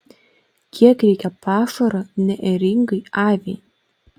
kiek reikia pašaro neėringai aviai